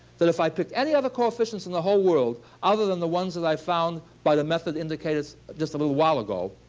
that if i picked any other coefficients in the whole world other than the ones that i found by the method indicated just a little while ago,